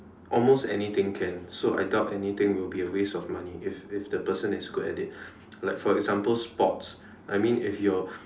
almost anything can so I doubt anything will be a waste of money if if the person is good at it like for example sports I mean if your